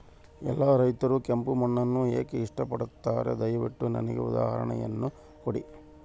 ಎಲ್ಲಾ ರೈತರು ಕೆಂಪು ಮಣ್ಣನ್ನು ಏಕೆ ಇಷ್ಟಪಡುತ್ತಾರೆ ದಯವಿಟ್ಟು ನನಗೆ ಉದಾಹರಣೆಯನ್ನ ಕೊಡಿ?